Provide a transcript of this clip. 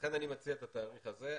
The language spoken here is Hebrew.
לכן אני מציע את התאריך הזה.